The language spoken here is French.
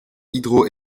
hydro